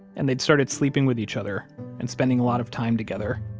and they'd started sleeping with each other and spending a lot of time together.